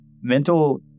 mental